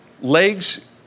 legs